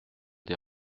des